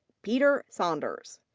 peter saunders.